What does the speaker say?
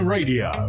Radio